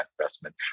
investment